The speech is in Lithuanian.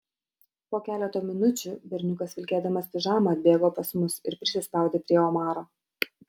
po keleto minučių berniukas vilkėdamas pižamą atbėgo pas mus ir prisispaudė prie omaro